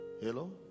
hello